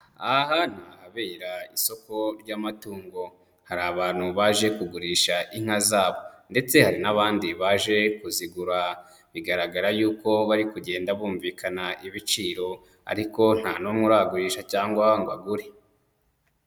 Aha ni ahabera isoko ry'amatungo, hari abantu baje kugurisha inka zabo ndetse n'abandi baje kuzigura, bigaragara yuko bari kugenda bumvikana ibiciro ariko nta n'umwe uragurisha cyangwa ngo agure.